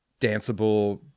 danceable